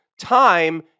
time